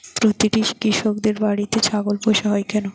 প্রতিটি কৃষকদের বাড়িতে ছাগল পোষা হয় কেন?